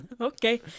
Okay